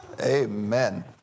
Amen